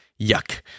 Yuck